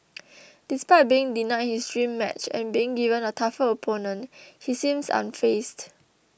despite being denied his dream match and being given a tougher opponent he seems unfazed